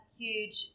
huge